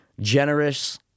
generous